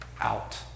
out